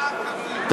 מה הקווים?